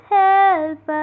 help